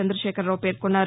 చంద్రశేఖరరావు పేర్కొన్నారు